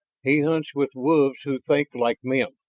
he hunts with wolves who think like men.